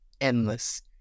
endless